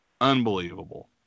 Unbelievable